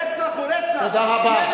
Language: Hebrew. רצח הוא רצח, תודה רבה.